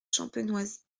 champenoise